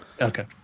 okay